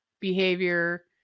behavior